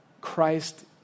Christ